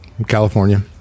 California